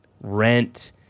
rent